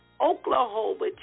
Oklahoma